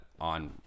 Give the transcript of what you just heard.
on